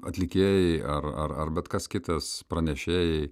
atlikėjai ar ar ar bet kas kitas pranešėjai